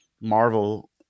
Marvel